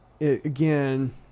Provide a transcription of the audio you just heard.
again